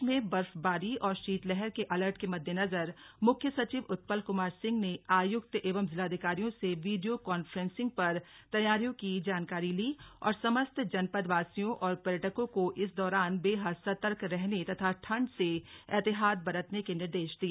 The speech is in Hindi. प्रदेश में बर्फबारी व शीतलहर के अलर्ट के मद्देनजर मुख्य सचिव उत्पल कुमार सिंह ने आयुक्त एवं जिलाधिकारियों से वीडियो कांफ्रेंसिंग पर तैयारियों की जानकारी ली और समस्त जनपदवासियों और पर्यटकों को इस दौरान बेहद सर्तक रहने तथा ठंड से एहतियात बरतने के निर्देश दिए